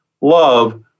love